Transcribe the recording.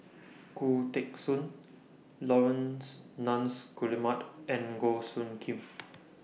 Khoo Teng Soon Laurence Nunns Guillemard and Goh Soo Khim